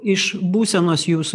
iš būsenos jūsų